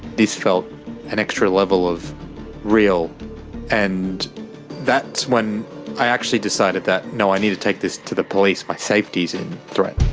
this felt an extra level of real and that's when i actually decided that no i need to take this to the police. my safety's in threat.